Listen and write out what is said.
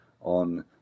on